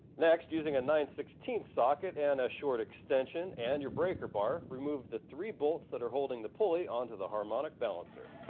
next using a nine sixteen socket and a short extension and your breaker bar, remove the three bolts that are holding the pulley onto the harmonic balancer